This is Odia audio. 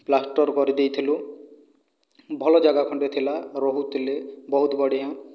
ପ୍ଲାସ୍ଟର୍ କରି ଦେଇଥିଲୁ ଭଲ ଜାଗା ଖଣ୍ଡେ ଥିଲା ରହୁଥିଲେ ବହୁତ ବଢ଼ିଆଁ